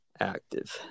active